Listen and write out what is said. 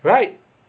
right